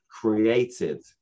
created